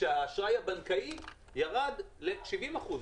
כאשר האשראי הבנקאי ירד ל-70 אחוזים.